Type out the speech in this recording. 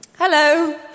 Hello